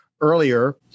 earlier